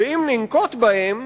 שאם ננקוט אותם,